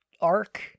arc